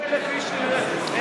30,000 איש בשנה.